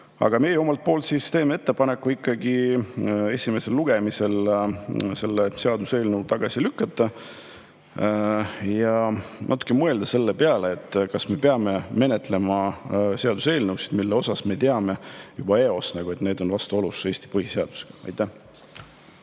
Aga meie omalt poolt teeme ettepaneku ikkagi see seaduseelnõu esimesel lugemisel tagasi lükata ja natuke mõelda selle peale, kas me peame menetlema seaduseelnõusid, mille kohta me teame juba eos, et need on vastuolus Eesti põhiseadusega. Aitäh!